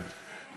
כן.